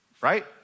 right